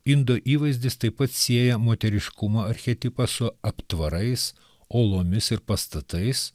indo įvaizdis taip pat sieja moteriškumo archetipą su aptvarais olomis ir pastatais